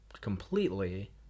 completely